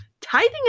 tithing